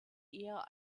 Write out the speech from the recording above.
eher